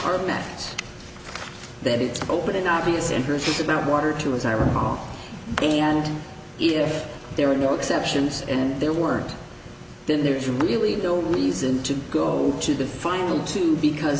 are met that it's open in obvious interest is about one or two as i recall and if there were no exceptions and there weren't then there's really no reason to go to the final two because